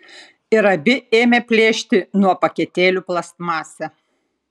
ir abi ėmė plėšti nuo paketėlių plastmasę